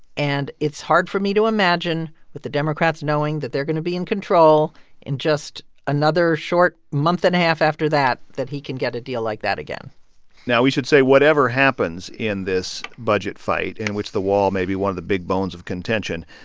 and it's hard for me to imagine, with the democrats knowing that they're going to be in control in just another short month and a half after that, that he can get a deal like that again now, we should say whatever happens in this budget fight in which the wall may be one of the big bones of contention,